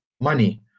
money